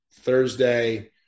Thursday